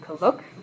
look